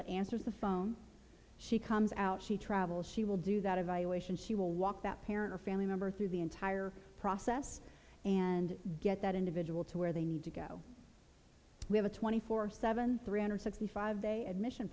that answers the phone she comes out she travels she will do that evaluation she will walk that parent or family member through the entire process and get that individual to where they need to go we have a twenty four seven three hundred sixty five day admission